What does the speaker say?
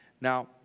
Now